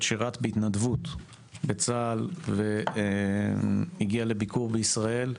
שירת בהתנדבות בצה"ל והגיע לביקור בישראל.